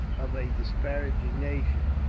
of a disparaging nature,